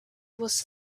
was